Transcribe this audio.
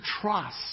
trust